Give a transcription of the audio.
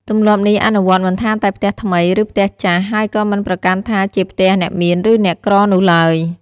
ទម្លាប់នេះអនុវត្តមិនថាតែផ្ទះថ្មី ឬផ្ទះចាស់ ហើយក៏មិនប្រកាន់ថាជាផ្ទះអ្នកមានឬអ្នកក្រនោះឡើយ។